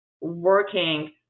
working